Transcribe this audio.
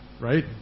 right